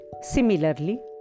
Similarly